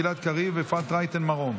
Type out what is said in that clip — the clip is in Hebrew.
גלעד קריב ואפרת רייטן מרום.